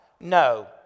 No